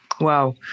Wow